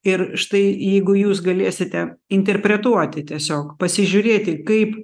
ir štai jeigu jūs galėsite interpretuoti tiesiog pasižiūrėti kaip